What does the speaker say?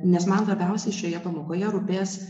nes man labiausiai šioje pamokoje rūpės